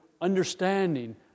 understanding